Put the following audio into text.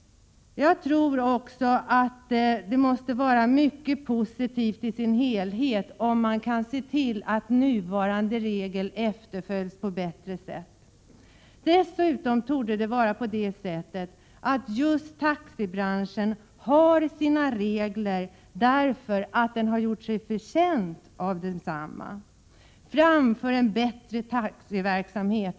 Jag tror också att det som helhet betraktat är mycket positivt om man kan se till att nuvarande regler efterföljs på ett bättre sätt. Dessutom torde det vara så att just taxibranschen har sina regler därför att den gjort sig förtjänt av desamma. Fram för en bättre taxiverksamhet!